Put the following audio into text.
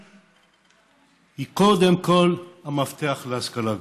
היא קודם כול המפתח להשכלה גבוהה.